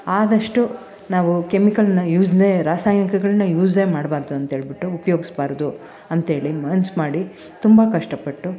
ಆದಷ್ಟು ನಾವು ಕೆಮಿಕಲನ್ನ ಯೂಸ್ನೇ ರಾಸಾಯನಿಕಗಳನ್ನ ಯೂಸೇ ಮಾಡ್ಬಾರ್ದು ಅಂತೇಳ್ಬಿಟ್ಟು ಉಪ್ಯೋಗ್ಸ್ಬಾರ್ದು ಅಂತೇಳಿ ಮನ್ಸು ಮಾಡಿ ತುಂಬ ಕಷ್ಟಪಟ್ಟು